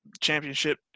championship